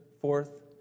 fourth